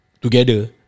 together